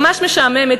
ממש משעממת,